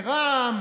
מרצ ורע"מ,